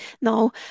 No